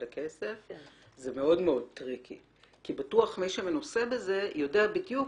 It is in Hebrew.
הכסף זה מאוד טריקי כי בטוח מי שמנוסה בזה יודע בדיוק